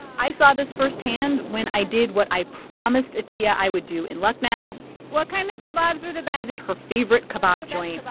i saw this firsthand when i did what i promised atiya i would do in lucknow what kind of kebabs are the best? visit her favorite kebab joint,